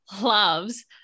loves